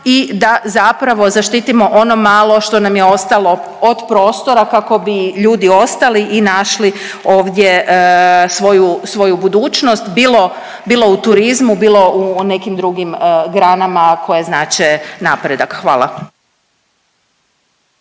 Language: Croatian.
i da zapravo zaštitimo ono malo što nam je ostalo od prostora kako bi ljudi ostali i našli ovdje svoju, svoju budućnost bilo, bilo u turizmu, bilo u nekim drugim granama koje znače napredak. Hvala.